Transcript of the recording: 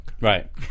right